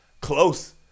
close